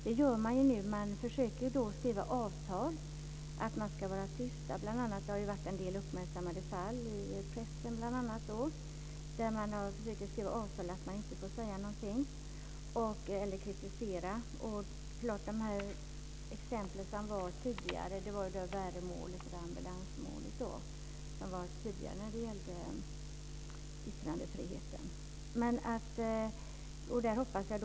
Nu försöker arbetsgivare skriva avtal om att de anställda ska vara tysta. Det har varit en del fall som uppmärksammats i pressen. Arbetsgivare har försökt skriva avtal om att de anställda inte får kritisera. Tidigare exempel som gäller yttrandefriheten är Värömålet och ambulansmålet.